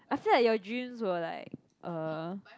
I feel like your dreams were like uh